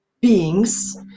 beings